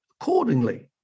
accordingly